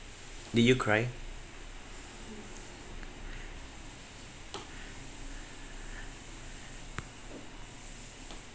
did you cry